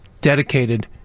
dedicated